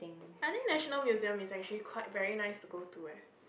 I think National Museum is actually quite very nice to go to leh